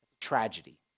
tragedy